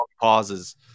pauses